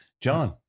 John